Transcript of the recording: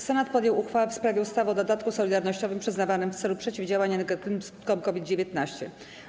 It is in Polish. Senat podjął uchwałę w sprawie ustawy o dodatku solidarnościowym przyznawanym w celu przeciwdziałania negatywnym skutkom COVID-19.